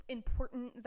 important